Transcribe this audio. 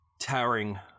towering